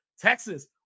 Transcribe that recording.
Texas